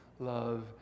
love